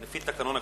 לפי תקנון הכנסת,